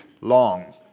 long